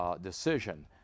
decision